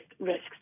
risks